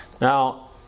Now